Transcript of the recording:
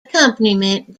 accompaniment